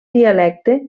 dialecte